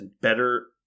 better